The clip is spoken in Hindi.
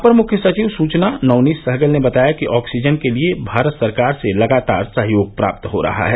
अपर मुख्य सचिव सूचना नवनीत सहगल ने बताया कि ऑक्सीजन के लिये भारत सरकार से लगातार सहयोग प्राप्त हो रहा है